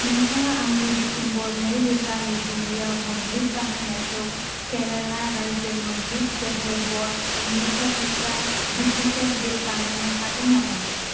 नोंथाङा आंनि डिसेम्बर नैरोजा नैजिनैयाव मोब्लिब बाहायनायखौ केरेला रायजो मोब्लिब गोहो बर्ड लिमिटेडनिफ्राय डुप्लिकेट बिल बानायनो हागोन नामा